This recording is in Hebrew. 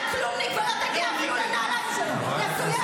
אתה כלומניק ולא תגיע אפילו לנעליים שלו --- חברת הכנסת,